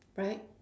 right